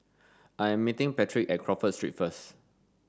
I am meeting Patric at Crawford Street first